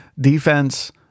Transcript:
defense